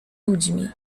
ludźmi